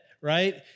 right